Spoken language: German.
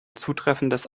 zutreffendes